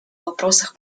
вопросах